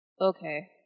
Okay